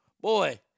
boy